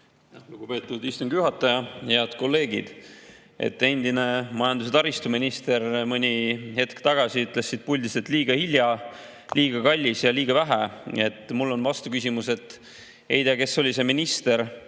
Lugupeetud istungi juhataja! Head kolleegid! Endine majandus‑ ja taristuminister mõni hetk tagasi ütles siit puldist, et liiga hilja, liiga kallis ja liiga vähe. Mul on vastuküsimus: ei tea, kes oli see minister,